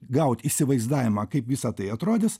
gaut įsivaizdavimą kaip visa tai atrodys